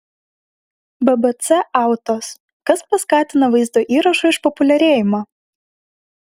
bbc autos kas paskatina vaizdo įrašo išpopuliarėjimą